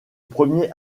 premier